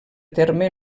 terme